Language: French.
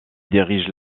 dirige